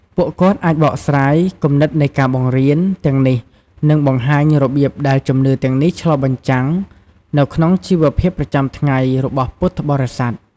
ពួកគាត់អាចបកស្រាយ គំនិតនៃការបង្រៀន ទាំងនេះ និងបង្ហាញ របៀបដែលជំនឿទាំងនេះឆ្លុះបញ្ចាំងនៅក្នុងជីវភាពប្រចាំថ្ងៃ របស់ពុទ្ធបរិស័ទ។